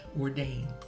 ordained